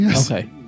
Okay